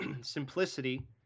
simplicity